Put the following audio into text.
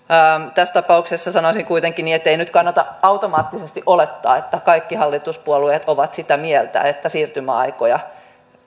tässä tapauksessa sanoisin kuitenkin niin ettei nyt kannata automaattisesti olettaa että kaikki hallituspuolueet ovat sitä mieltä että siirtymäaikoja